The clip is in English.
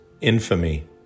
Infamy